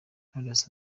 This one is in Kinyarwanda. knowless